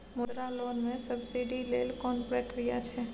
मुद्रा लोन म सब्सिडी लेल कोन प्रक्रिया छै?